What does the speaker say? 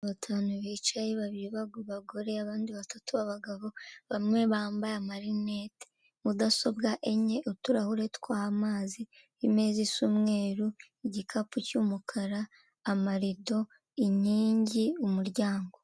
Abantu batanu bicaye babiri babagore, abandi batatu abagabo, bamwe bambaye marinete. Mudasobwa enye, uturahure tw'amazi, imeza isa umweru, igikapu cy'umukara, amalido, inkingi, umuryango.